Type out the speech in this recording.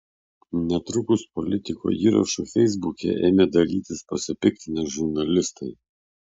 netrukus politiko įrašu feisbuke ėmė dalytis pasipiktinę žurnalistai